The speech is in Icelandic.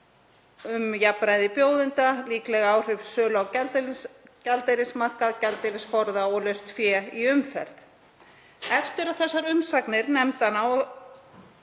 um jafnræði bjóðenda, líkleg áhrif sölu á gjaldeyrismarkað, gjaldeyrisforða og laust fé í umferð. Eftir að umsagnir nefnda